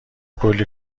کلی